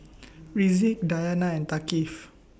Rizqi Dayana and Thaqif